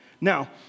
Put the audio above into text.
Now